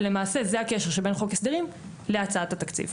למעשה, זהו הקשר שבין חוק ההסדרים להצעת התקציב.